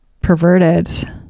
perverted